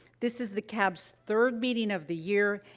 this is the cab's third meeting of the year,